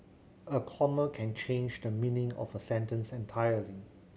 a comma can change the meaning of a sentence entirely